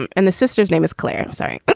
and and the sister's name is claire. i'm sorry. but